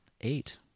Eight